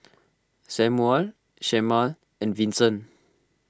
Samual Shemar and Vincent